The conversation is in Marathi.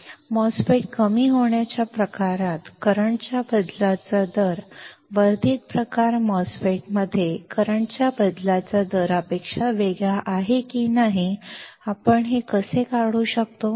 एमओएसएफईटी कमी होणाऱ्या प्रकारात करंटच्या बदलाचा दर वर्धित प्रकार एमओएसएफईटी मध्ये करंटच्या बदलाच्या दरापेक्षा वेगळा आहे की नाही हे आपण कसे काढू शकतो